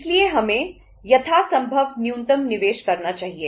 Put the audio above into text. इसलिए हमें यथासंभव न्यूनतम निवेश करना चाहिए